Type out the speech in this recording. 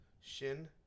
Shin